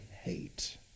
hate